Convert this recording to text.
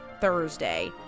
Thursday